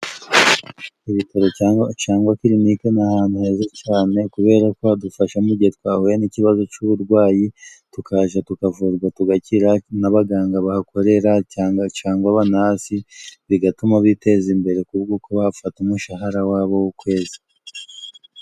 Ibitaro cangwa kilinike ni ahantu heza cyane, kubera ko hadufasha mu gihe twahuye n'ikibazo c'uburwayi, tukahaja tukavurwa tugakira n'abaganga bahakorera cyangwa Abanasi, bigatuma biteza imbere ku bw'uko bahafata umushahara wabo w'ukwezi.